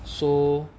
so